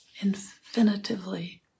infinitively